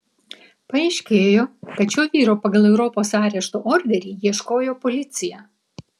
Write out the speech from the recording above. paaiškėjo kad šio vyro pagal europos arešto orderį ieškojo policija